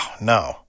no